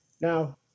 Now